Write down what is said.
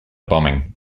bombing